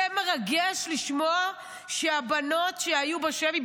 זה מרגש לשמוע שהבנות שהיו בשבי,